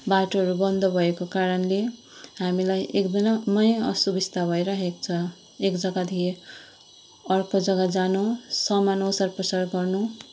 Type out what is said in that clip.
बाटोहरू बन्द भएको कारणले हामीलाई एकदमै असुविस्ता भइरहेको छ एक जग्गादेखि अर्को जग्गा जानु सामान ओसारपसार गर्नु